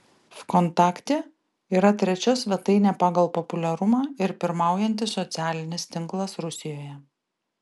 vkontakte yra trečia svetainė pagal populiarumą ir pirmaujantis socialinis tinklas rusijoje